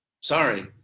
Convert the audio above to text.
sorry